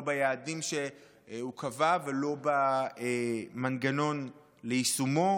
לא ביעדים שהוא קבע ולא במנגנון ליישומו.